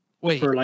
Wait